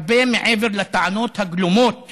הרבה מעבר לטענות הגלומות